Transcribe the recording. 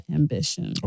ambition